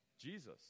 Jesus